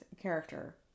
character